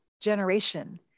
generation